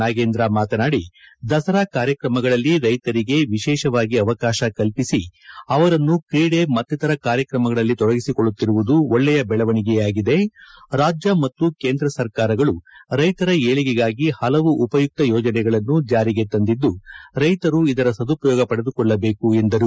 ನಾಗೇಂದ್ರ ಮಾತನಾಡಿ ದಸರಾ ಕಾರ್ಯಕ್ರಮಗಳಲ್ಲಿ ರೈತರಿಗೆ ವಿಶೇಷವಾಗಿ ಅವಕಾಶ ಕಲ್ಪಿಸಿ ಅವರನ್ನು ಕ್ರೀಡೆ ಮತ್ತಿತರ ಕಾರ್ಯಕ್ರಮಗಳಲ್ಲಿ ತೊಡಗಿಸಿಕೊಳ್ಳುತ್ತಿರುವುದು ಒಳ್ಳೆಯ ಬೆಳವಣಿಗೆಯಾಗಿದೆ ರಾಜ್ಯ ಮತ್ತು ಕೇಂದ್ರ ಸರ್ಕಾರಗಳು ರೈತರ ಏಳಿಗೆಗಾಗಿ ಹಲವು ಉಪಯುಕ್ತ ಯೋಜನೆಗಳನ್ನು ಜಾರಿಗೆ ತಂದಿದ್ದು ರೈತರು ಇದರ ಸದುಪಯೋಗ ಪಡೆದುಕೊಳ್ಳಬೇಕು ಎಂದರು